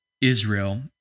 Israel